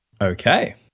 Okay